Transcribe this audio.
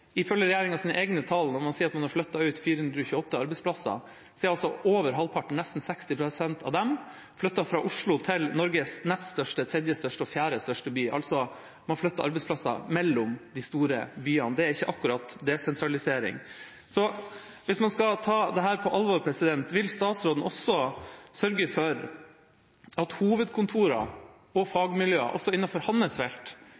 Ifølge regjeringas egne tall, når man sier at man har flyttet ut 428 arbeidsplasser, er over halvparten, nesten 60 pst., av dem flyttet fra Oslo til Norges nest største, tredje største og fjerde største by – altså flytter man arbeidsplasser mellom de store byene. Det er ikke akkurat desentralisering. Hvis man skal ta dette på alvor: Vil statsråden sørge for at hovedkontorer og fagmiljøer også innenfor hans felt